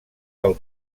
del